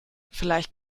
vielleicht